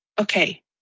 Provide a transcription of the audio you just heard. okay